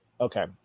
Okay